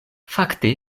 fakte